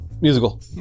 Musical